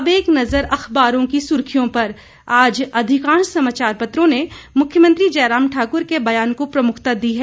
अब एक नजर अखबारों की सुर्खियों पर आज अधिकांश समाचार पत्रों ने मुख्यमंत्री जयराम ठाकुर के बयान को प्रमुखता दी है